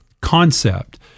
concept